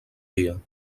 dia